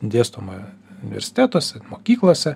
dėstoma universitetuose mokyklose